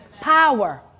power